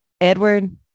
Edward